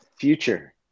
future